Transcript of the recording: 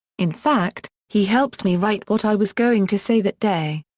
in fact, he helped me write what i was going to say that day.